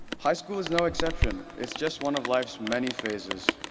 high school is no exception. it's just one of life's many phases.